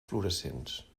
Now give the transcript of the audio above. fluorescents